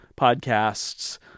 podcasts